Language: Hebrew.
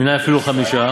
ומנין אפילו חמישה,